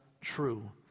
true